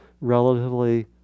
relatively